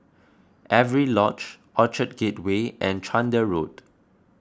Avery Lodge Orchard Gateway and Chander Road